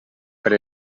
per